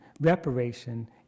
reparation